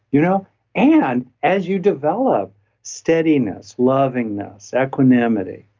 you know and as you develop steadiness, lovingness, equanimity,